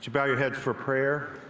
bow your head for prayer.